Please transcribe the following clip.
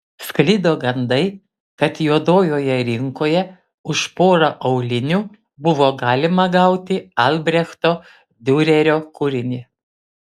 sklido gandai kad juodojoje rinkoje už porą aulinių buvo galima gauti albrechto diurerio kūrinį